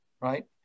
right